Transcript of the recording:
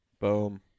Boom